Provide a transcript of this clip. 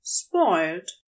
spoiled